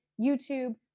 YouTube